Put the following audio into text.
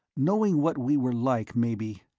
knowing what we were like, maybe!